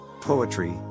poetry